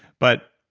but,